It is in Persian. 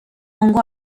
کنگو